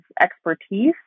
expertise